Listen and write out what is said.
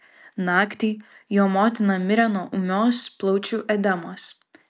naktį jo motina mirė nuo ūmios plaučių edemos